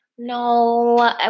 No